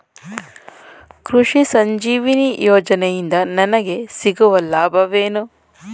ಕೃಷಿ ಸಂಜೀವಿನಿ ಯೋಜನೆಯಿಂದ ನನಗೆ ಸಿಗುವ ಲಾಭವೇನು?